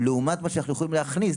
לעומת מה שאנחנו יכולים להכניס.